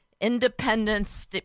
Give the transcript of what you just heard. Independence